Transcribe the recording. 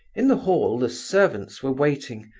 in the hall the servants were waiting,